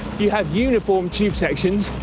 you have uniform tube sections,